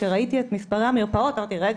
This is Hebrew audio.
כשראיתי את מספרי המרפאות אמרתי - רגע,